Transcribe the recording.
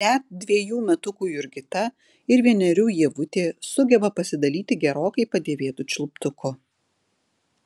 net dvejų metukų jurgita ir vienerių ievutė sugeba pasidalyti gerokai padėvėtu čiulptuku